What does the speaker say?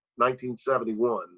1971